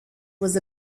was